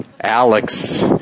Alex